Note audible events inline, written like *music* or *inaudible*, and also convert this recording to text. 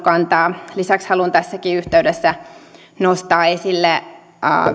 *unintelligible* kantaa lisäksi haluan tässäkin yhteydessä nostaa esille